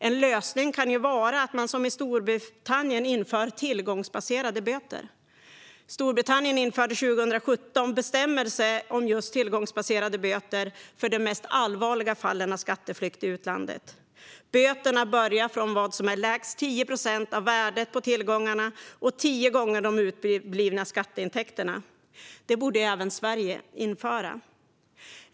En lösning kan vara att införa tillgångsbaserade böter, som Storbritannien gjort. Där infördes 2017 bestämmelser om tillgångsbaserade böter för de mest allvarliga fallen av skatteflykt i utlandet. Böterna börjar från vad som är lägst av 10 procent av värdet på tillgångarna och 10 gånger de uteblivna skatteintäkterna. Detta bör även Sverige införa.